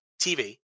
TV